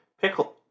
pickle